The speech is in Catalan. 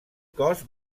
cos